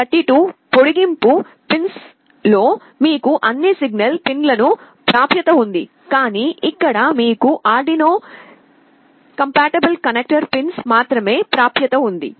STM32 పొడిగింపు పిన్స్లో మీకు అన్ని సిగ్నల్ పిన్లకు ప్రాప్యత ఉంది కానీ ఇక్కడ మీకు ఆర్డినో కంపాటిబుల్ కనెక్టర్ పిన్స్ మాత్రమే ప్రాప్యత ఉంది